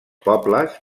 pobles